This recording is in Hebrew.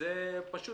וזה פשוט